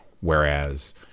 Whereas